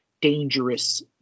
dangerous